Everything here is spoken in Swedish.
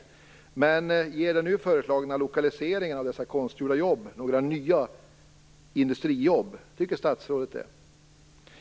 Men ger den nu föreslagna lokaliseringen av konstgjorda jobb några nya industrijobb? Tycker statsrådet det?